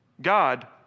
God